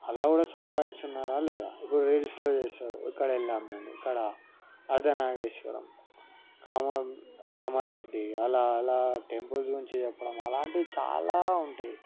అలా కూడా సంపాదిస్తున్నారా లేదా ఇప్పుడు రీల్స్లో చేస్తారు ఎక్కడెళ్ళాము ఎక్కడ అర్ధనాగేశ్వరం కామ కామారెడ్డి అలా అలా టెంపుల్స్ గురించి చెప్పడం అలాంటివి చాలా ఉంటాయి